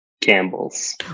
Campbell's